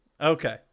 Okay